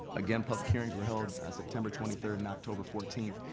again, public hearings were held september twenty third and october fourteenth.